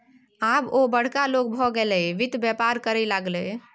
आब ओ बड़का लोग भए गेलै वित्त बेपार करय लागलै